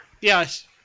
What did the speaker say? Yes